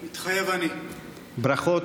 מתחייב אני ברכות,